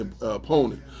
opponent